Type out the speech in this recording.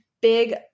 big